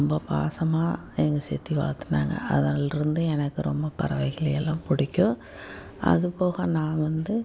ரொம்ப பாசமாக எங்கள் சித்தி வளர்த்துனாங்க அதுலிருந்து எனக்கு ரொம்ப பறவைகளெல்லாம் பிடிக்கும் அதுபோக நான் வந்து